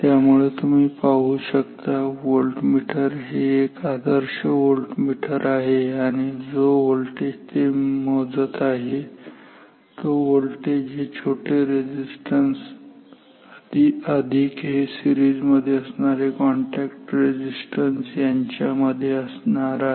त्यामुळे तुम्ही पाहू शकता व्होल्टमीटर हे एक आदर्श व्होल्टमीटर आहे आणि जो व्होल्टेज ते मोजत आहे तो व्होल्टेज हे छोटे रेझिस्टन्स अधिक हे सिरीज मध्ये असणारे कॉन्टॅक्ट रेझिस्टन्स यांच्यामध्ये असणार आहे